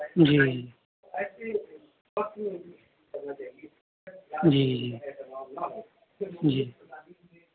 جی جی جی جی جی